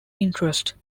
interest